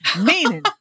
Meaning